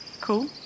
Cool